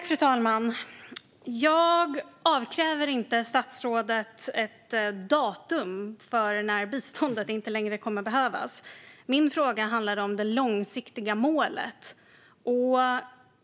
Fru talman! Jag avkräver inte statsrådet ett datum för när biståndet inte längre kommer att behövas. Min fråga handlade om det långsiktiga målet.